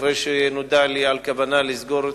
אחרי שנודע לי על כוונה לסגור מפעל,